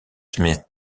smith